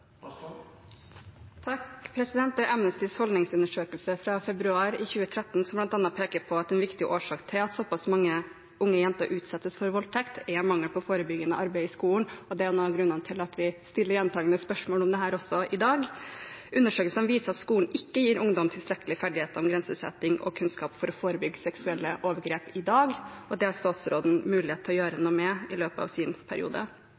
Amnestys holdningsundersøkelse fra februar i 2013 peker bl.a. på at en viktig årsak til at såpass mange unge jenter utsettes for voldtekt, er mangel på forebyggende arbeid i skolen. Det er en av grunnene til at vi stiller gjentakende spørsmål om dette – også i dag. Undersøkelsen viser at skolen ikke gir ungdom tilstrekkelig med ferdigheter i grensesetting og kunnskap for å forebygge seksuelle overgrep i dag, og det har statsråden mulighet til å gjøre noe med i løpet av sin periode.